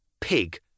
pig